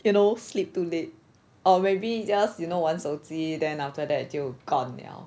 you know sleep too late or maybe just you know 玩手机 then after that 就 gone liao